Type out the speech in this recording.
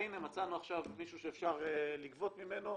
מצאנו עכשיו מישהו שאפשר לגבות ממנו.